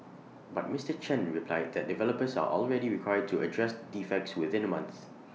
but Mister Chen replied that developers are already required to address defects within A month